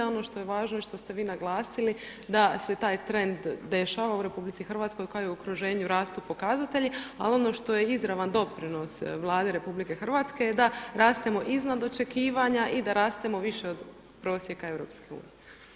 A ono što je važno i što ste vi naglasili da se taj trend dešava u RH kao i okruženju rastu pokazatelji, ali ono što je izravan doprinos Vladi RH da rastemo iznad očekivanja i da rastemo više od prosjeka EU.